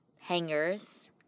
hangers